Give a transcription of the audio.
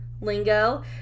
lingo